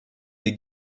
des